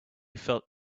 felt